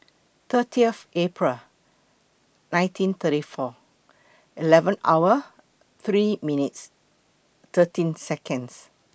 thirtieth April nineteen thirty four eleven hour three minutes thirteen Seconds